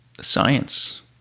science